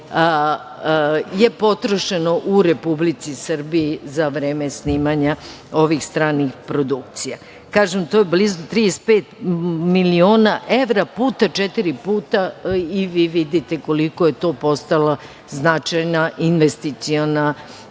je potrošeno u Republici Srbiji za vreme snimanja ovih stranih produkcija. Kažem, to je blizu 35 miliona evra puta četiri puta i vi vidite koliko je to postalo značajna investiciona